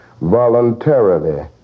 voluntarily